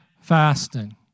fasting